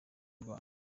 rwanda